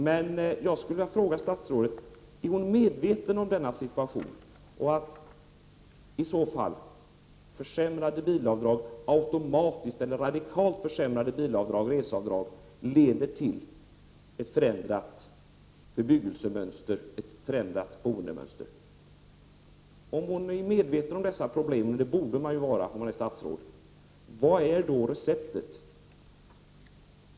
Men jag skulle vilja fråga statsrådet: Är Ingela Thalén medveten om att radikalt försämrade avdrag för bilresor leder till ett förändrat bebyggelsemönster, ett förändrat boendemönster? Om statsrådet är medveten om dessa problem — det borde man vara när man är statsråd — vad är då receptet?